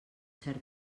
cert